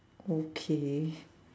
okay